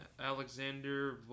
Alexander